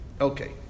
Okay